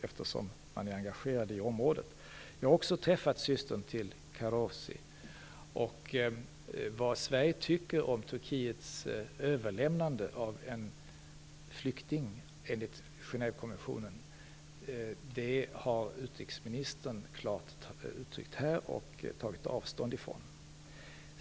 Man är ju redan engagerad i området. Jag har också träffat systern till Karrossi. Utrikesministern har klart uttryckt vad Sverige tycker om Turkiets överlämnande av en person som är flykting enligt Gènevekonventionen och tagit avstånd från det.